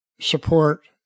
support